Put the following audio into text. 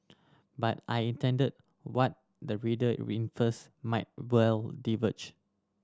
but I intend what the reader infers might well diverge